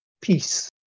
peace